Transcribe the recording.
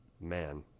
man